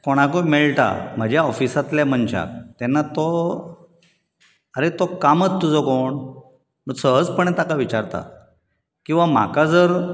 कोणाकूय मेळटा म्हज्या ऑफीसांतल्या मनशाक तेन्ना तो आरे तो कामत तुजो कोण सहजपणें ताका विचारता किंवा म्हाका जर